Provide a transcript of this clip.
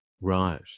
Right